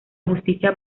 justicia